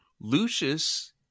Lucius